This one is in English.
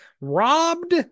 robbed